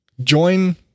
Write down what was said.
Join